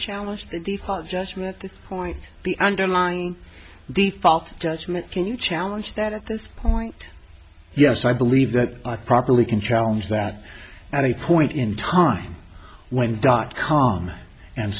of judgment at this point the underlying default judgment can you challenge that at this point yes i believe that properly can challenge that at any point in time when dot com and